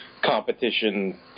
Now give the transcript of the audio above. competition